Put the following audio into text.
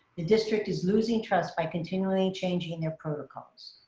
the district is losing trust by continually changing their protocols.